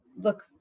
look